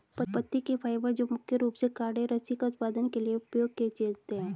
पत्ती के फाइबर जो मुख्य रूप से कॉर्डेज रस्सी का उत्पादन के लिए उपयोग किए जाते हैं